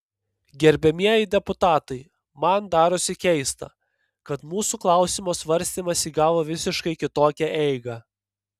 gerbiamieji deputatai man darosi keista kad mūsų klausimo svarstymas įgavo visiškai kitokią eigą